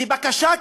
ובבקשה,